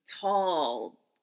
tall